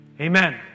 Amen